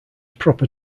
proper